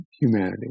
humanity